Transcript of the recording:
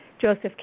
Joseph